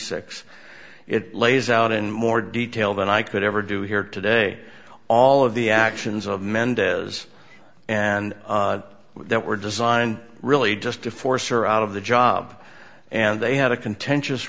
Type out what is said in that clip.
eight lays out in more detail than i could ever do here today all of the actions of mendez and that were designed really just to force her out of the job and they had a contentious